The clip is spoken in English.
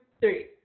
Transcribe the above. three